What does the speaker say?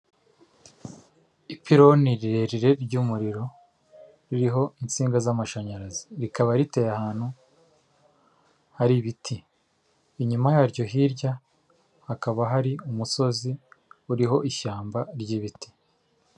Ipironi rirerire ry'muriro, ririho insinga z'amashanyarazi, rikaba riteye ahantu hari ibiti, inyuma yaryo hirya hakaba hari umusozi uriho ishyamba ry'ibiti.